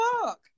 fuck